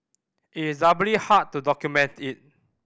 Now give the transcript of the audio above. it is doubly hard to document it